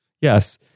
Yes